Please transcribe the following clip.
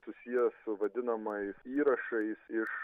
susijęs su vadinamais įrašais iš